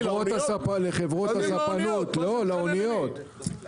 לחברות הספנות, לאניות.